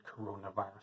Coronavirus